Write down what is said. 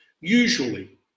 Usually